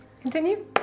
Continue